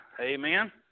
Amen